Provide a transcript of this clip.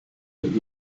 mit